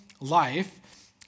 life